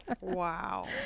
Wow